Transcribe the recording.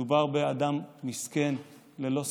מדובר באדם מסכן, ללא ספק.,